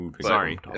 sorry